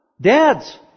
Dads